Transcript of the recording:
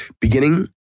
Beginning